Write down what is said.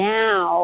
now